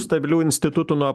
stabilių institutų nuo